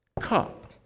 cup